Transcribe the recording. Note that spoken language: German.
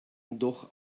doch